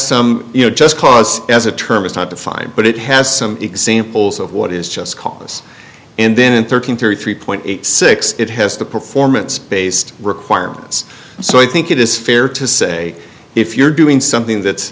some you know just cause as a term is not defined but it has some examples of what is just cause and then thirteen thirty three point eight six it has the performance based requirements so i think it is fair to say if you're doing something that's